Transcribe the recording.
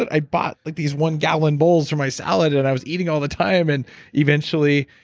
but i bought like these one gallon bowls for my salad and i was eating all the time and eventually.